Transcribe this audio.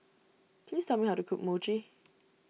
please tell me how to cook Mochi